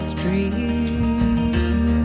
Street